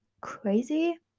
crazy